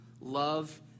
love